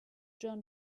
john